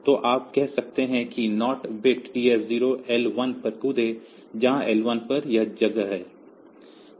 तो आप कह सकते हैं कि नॉट बिट TF0 L1 पर कूदें जहां L1 यह जगह है